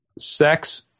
sex